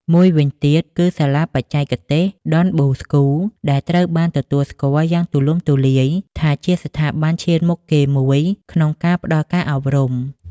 មួយវិញទៀតគឺ សាលាបច្ចេកទេសដុនបូស្កូ ដែលត្រូវបានទទួលស្គាល់យ៉ាងទូលំទូលាយថាជាស្ថាប័នឈានមុខគេមួយក្នុងការផ្តល់ការអប់រំ។